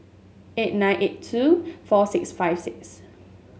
eight nine eight two four six five six